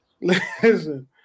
listen